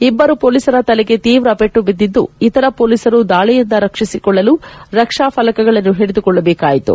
ಇಬ್ಬರು ಪೊಲೀಸರ ತಲೆಗೆ ತೀವ್ರ ಪೆಟ್ಟು ಬಿದ್ದಿದ್ದು ಇತರ ಪೊಲೀಸರು ದಾಳಯಿಂದ ರಕ್ಷಿಸಿಕೊಳ್ಳಲು ರಕ್ಷಾ ಫಲಕಗಳನ್ನು ಹಿಡಿದುಕೊಳ್ಳಬೇಕಾಯಿತು